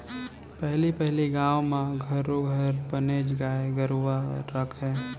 पहली पहिली गाँव म घरो घर बनेच गाय गरूवा राखयँ